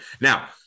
Now